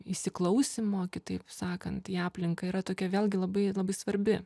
įsiklausymo kitaip sakant į aplinką yra tokia vėlgi labai labai svarbi